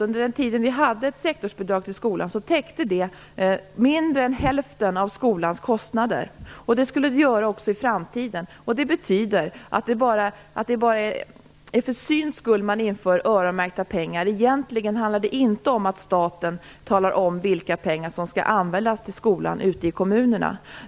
Under den tid vi hade sektorsbidrag täckte det mindre än hälften av skolans kostnader. Det skulle det göra också i framtiden. Det betyder att det bara är för syns skull man inför öronmärkta pengar. Egentligen handlar det inte om att staten talar om vilka pengar som skall användas i skolan ute i kommunerna.